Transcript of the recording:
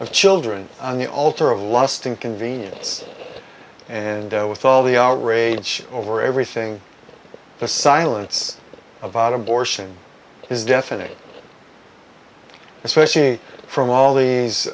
of children on the altar of lusting convenience and with all the outrage over everything the silence of on abortion is deafening especially from all these